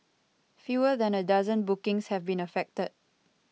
fewer than a dozen bookings have been affected